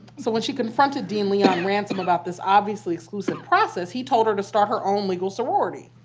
so when she confronted dean leon ransom about this obviously exclusive process, he told her to start her own legal sorority.